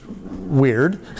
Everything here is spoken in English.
weird